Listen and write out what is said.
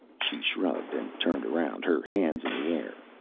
she shrugged and turned around, her hands in the air.